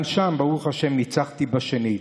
גם שם, ברוך השם, ניצחתי שנית,